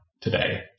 today